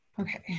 Okay